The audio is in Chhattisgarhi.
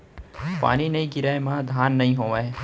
पानी नइ गिरय म धान नइ होवय